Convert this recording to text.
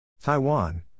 Taiwan